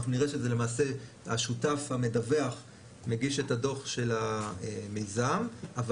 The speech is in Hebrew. אנחנו נראה שלמעשה השותף המדווח מגיש את הדוח של המיזם אבל